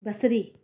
बसरी